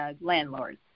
landlords